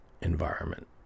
environment